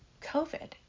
COVID